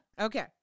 Okay